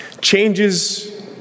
Changes